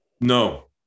No